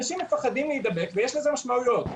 אנשים מפחדים להידבק, ויש לזה משמעויות.